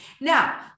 Now